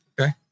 Okay